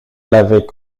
l’avait